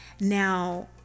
Now